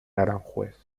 aranjuez